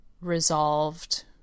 resolved